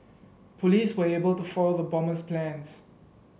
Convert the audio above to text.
police were able to foil the bomber's plans